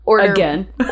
Again